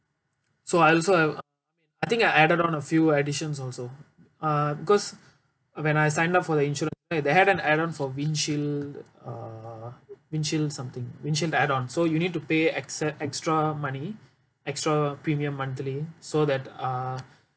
so I'll also I think I added on a few additions also uh because when I sign up for the insurance they had the add on for windshield uh windshield something windshield add on so you need to pay extr~ extra money extra premium monthly so that uh